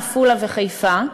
עפולה וחיפה,